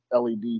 LED